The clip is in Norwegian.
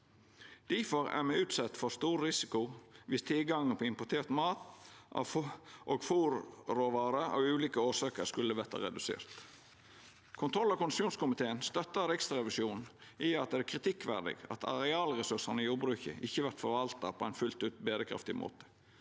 Difor er me utsette for stor risiko viss tilgangen på importert mat og fôrråvarer av ulike årsaker skulle verta redusert. Kontroll- og konstitusjonskomiteen støttar Riksrevisjonen i at det er kritikkverdig at arealressursane i jordbruket ikkje vert forvalta på ein fullt ut berekraftig måte,